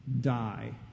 die